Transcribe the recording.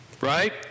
Right